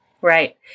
Right